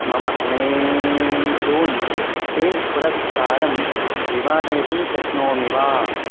मम Amazon Pay पुरस्कारं विवादयितुं शक्नोमि वा